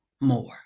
more